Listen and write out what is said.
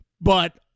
but-